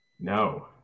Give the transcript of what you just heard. No